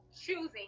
choosing